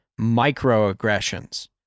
microaggressions